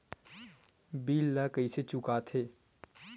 bill ला कइसे चुका थे